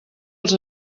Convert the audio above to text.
els